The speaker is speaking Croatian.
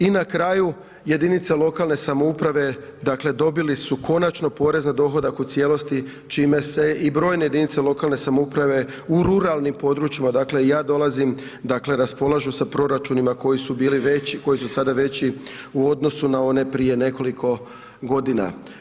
I na kraju, jedinice lokalne samouprave dakle, dobili su konačno porez na dohodak u cijelosti, čime se i brojne jedinice lokalne samouprave u ruralnim područjima, dakle i ja dolazim, dakle, raspolažu sa proračunima, koji su bili veći, koji su sada veći u odnosu na one prije, nekoliko godina.